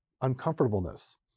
uncomfortableness